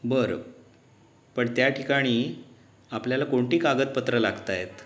बरं पण त्या ठिकाणी आपल्याला कोणती कागदपत्रं लागत आहेत